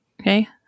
okay